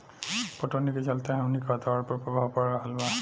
पटवनी के चलते हमनी के वातावरण पर प्रभाव पड़ रहल बा